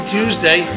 Tuesday